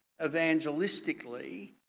evangelistically